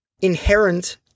inherent